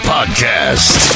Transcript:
Podcast